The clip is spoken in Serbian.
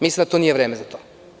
Mislim da nije vreme za to.